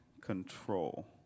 control